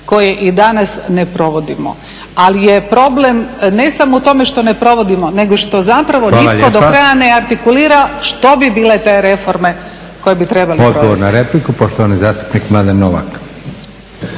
koje ni danas ne provodimo. Ali je problem ne samo u tome što ne provodimo nego što nitko do kraja ne artikulira što bi bile te reforme koje bi trebali provesti.